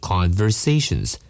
Conversations